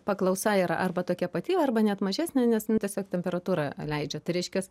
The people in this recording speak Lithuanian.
paklausa yra arba tokia pati arba net mažesnė nes tiesiog temperatūra leidžia tai reiškias